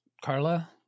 Carla